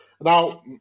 Now